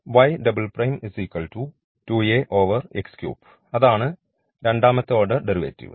അതിനാൽ അതാണ് രണ്ടാമത്തെ ഓർഡർ ഡെറിവേറ്റീവ്